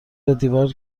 دیوار